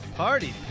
party